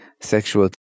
sexual